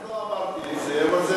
לא אמרתי את זה.